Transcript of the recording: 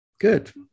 good